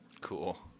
Cool